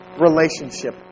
relationship